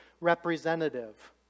representative